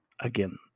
Again